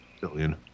Billion